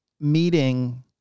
meeting